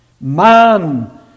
man